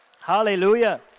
Hallelujah